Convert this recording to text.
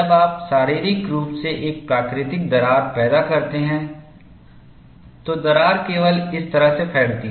जब आप शारीरिक रूप से एक प्राकृतिक दरार पैदा करते हैं तो दरार केवल इस तरह से फैलती है